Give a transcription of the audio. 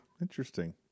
Interesting